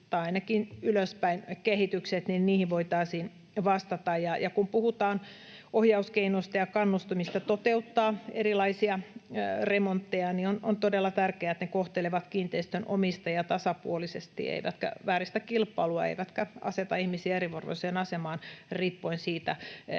tai ainakin ylöspäin kehittymiseen voitaisiin vastata. Ja kun puhutaan ohjauskeinoista ja kannustamista toteuttaa erilaisia remontteja, niin on todella tärkeää, että ne kohtelevat kiinteistönomistajia tasapuolisesti eivätkä vääristä kilpailua eivätkä aseta ihmisiä eriarvoiseen asemaan riippuen siitä